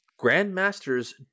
Grandmasters